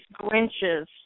grinches